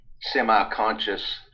semi-conscious